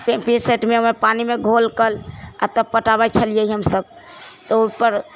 पानिमे घोलकर आओर तब पटाबै छलियै हमसब तऽ उ पर